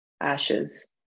ashes